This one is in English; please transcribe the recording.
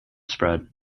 spread